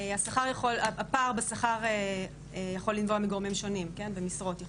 הפער בשכר יכול לנבוע מגורמים שונים ומשרות.